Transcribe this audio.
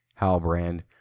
Halbrand